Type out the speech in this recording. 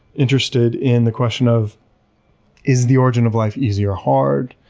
interested in the question of is the origin of life easy or hard?